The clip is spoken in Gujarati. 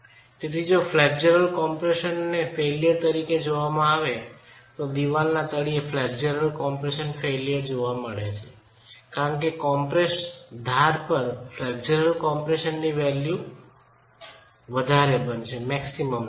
તેથી જો ફ્લેક્ચરલ કમ્પ્રેશને ફેઇલ્યર તરીકે જોવામાં આવે તો દિવાલના તળિયે ફ્લેક્ચરલ કમ્પ્રેશન ફેઇલ્યર જોવા મળે કારણ કે કોમ્પ્રેસ્ડ ધાર પર ફ્લેક્ચરલ કમ્પ્રેશનની વેલ્યુ મહત્તમ બનશે